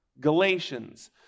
Galatians